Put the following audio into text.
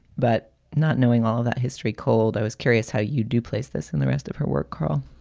but not knowing all that history cold, i was curious how you do place this in the rest of her work kearl